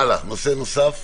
הלאה, נושא נוסף.